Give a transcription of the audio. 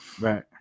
Right